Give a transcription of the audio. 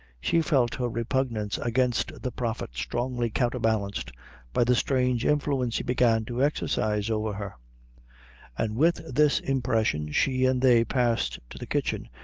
she felt her repugnance against the prophet strongly counterbalanced by the strange influence he began to exercise over her and with this impression she and they passed to the kitchen,